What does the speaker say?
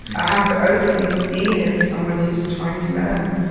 i have to openly be here as someone who's trying to learn